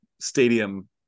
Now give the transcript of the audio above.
stadium